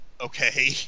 Okay